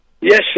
yes